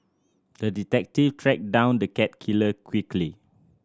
the detective tracked down the cat killer quickly